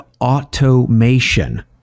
automation